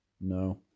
No